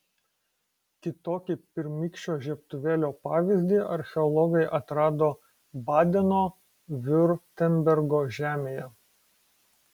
kitokį pirmykščio žiebtuvėlio pavyzdį archeologai atrado badeno viurtembergo žemėje